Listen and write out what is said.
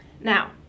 Now